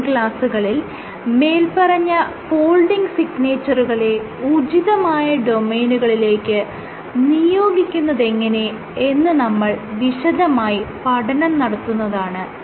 വരും ക്ലാസ്സുകളിൽ മേല്പറഞ്ഞ ഫോൾഡിങ് സിഗ്നേച്ചറുകളെ ഉചിതമായ ഡൊമെയ്നുകളിലേക്ക് നിയോഗിക്കുന്നതെങ്ങനെ എന്ന് നമ്മൾ വിശദമായി പഠനം നടത്തുന്നതാണ്